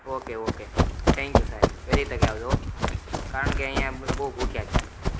okay okay thank you સાહેબ વહેલી તકે આવજો હો કારણ કે અહીંયા બધું બહુ ભૂખ્યાં થયા છે